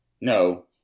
No